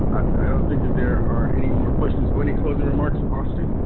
i don't think that there are any more questions. so, any closing remarks, austin?